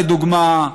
לדוגמה,